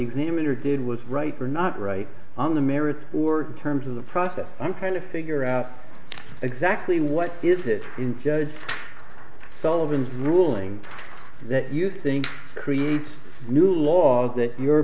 examiner did was right or not right on the merits or terms of the process i'm kind of figure out exactly what is it in judge sullivan's ruling that you think creates new laws that you're